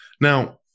Now